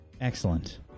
Excellent